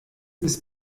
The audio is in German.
ist